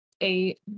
Eight